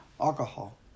alcohol